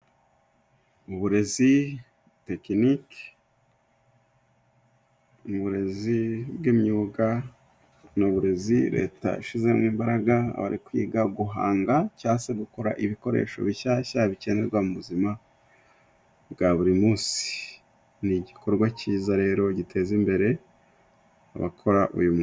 Uburezi tekiniki uburezi bw'imyuga, ni uburezi Leta yashyizemo imbaraga abari kwiga guhanga cya se gukora ibikoresho bishyashya bikenerwa mu buzima bwa buri munsi ,ni igikorwa cyiza rero giteza imbere abakora uyu mwuga.